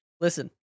listen